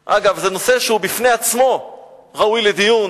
אגב, זה נושא שהוא בפני עצמו ראוי לדיון,